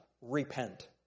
repent